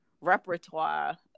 repertoire